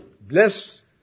Bless